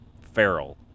feral